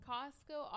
Costco